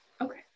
Okay